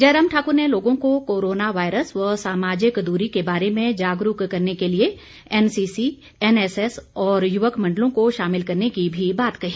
जयराम ठाक्र ने लोगों को कोरोना वायरस व सामाजिक दूरी के बारे में जागरूक करने के लिए एनसीसी एनएसएस और युवक मण्डलों को शामिल करने की भी बात कही